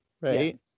right